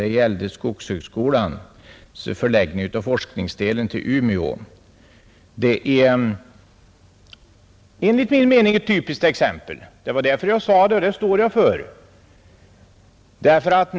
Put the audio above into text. Det gällde förläggningen av skogshögskolans forskningsdel till Umeå, Det är enligt min mening ett typiskt exempel. Det var därför jag anförde det, och det uttalandet står jag för.